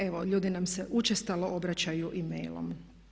Evo ljudi nam se učestalo obraćaju i mailom.